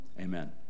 amen